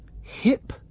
Hip